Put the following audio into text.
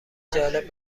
جالب